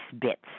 bits